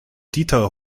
dieter